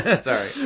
Sorry